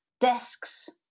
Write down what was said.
Desks